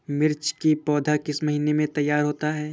मिर्च की पौधा किस महीने में तैयार होता है?